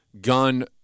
gun